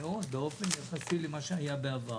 גבוהה באופן יחסי למה שהיה בעבר.